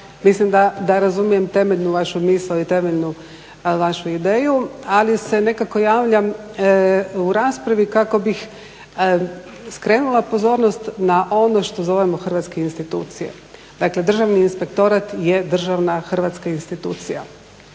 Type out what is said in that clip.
mislim da razumijem temeljnu vašu misao i temeljnu vašu ideju ali se nekako javljam u raspravi kako bih skrenula na pozornost na ono što zovemo hrvatske institucije. Dakle, Državni inspektorat je državna hrvatska institucija.